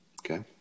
Okay